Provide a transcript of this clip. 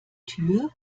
tür